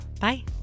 Bye